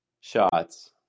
shots